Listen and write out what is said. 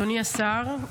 אדוני השר,